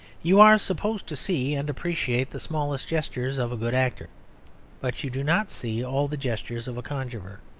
you are supposed to see and appreciate the smallest gestures of a good actor but you do not see all the gestures of a conjuror,